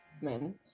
men